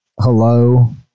hello